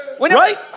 Right